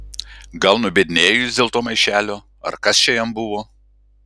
gal nubiednėjo jis dėl to maišelio ar kas čia jam buvo